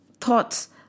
thoughts